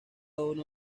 uno